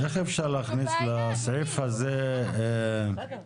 איך אפשר להכניס לסעיף הזה תוספת,